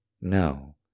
No